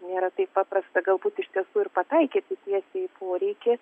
nėra taip paprasta galbūt iš tiesų ir pataikyti tiesiai į poreikį